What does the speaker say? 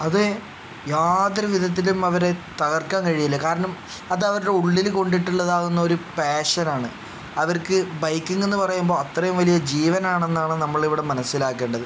അത് യാതൊരു വിധത്തിലും അവരെ തകർക്കാൻ കഴിയില്ല കാരണം അത് അവരുടെ ഉള്ളിൽ കൊണ്ടിട്ടുള്ള ഇതാകുന്ന ഒരു പാഷനാണ് അവർക്ക് ബൈക്കിങ് എന്ന് പറയുമ്പോൾ അത്രയും വലിയ ജീവനാണെന്നാണ് നമ്മൾ ഇവിടെ മനസ്സിലാക്കേണ്ടത്